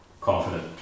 Confident